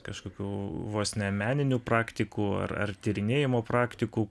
kažkokių vos ne meninių praktikų ar ar tyrinėjimo praktikų